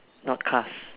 not cast